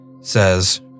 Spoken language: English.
says